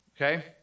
okay